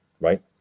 Right